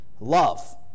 love